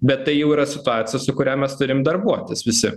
bet tai jau yra situacija su kuria mes turim darbuotis visi